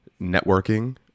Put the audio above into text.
networking